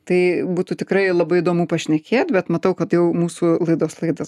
tai būtų tikrai labai įdomu pašnekėt bet matau kad jau mūsų laidos laidas